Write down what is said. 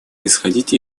исходить